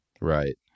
Right